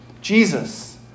Jesus